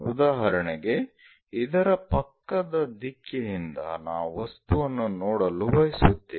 ಉದಾಹರಣೆಗೆ ಇದರ ಪಕ್ಕದ ದಿಕ್ಕಿನಿಂದ ನಾವು ವಸ್ತುವನ್ನು ನೋಡಲು ಬಯಸುತ್ತೇವೆ